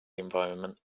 environment